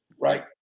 Right